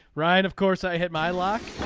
ryan of course i hit my lock.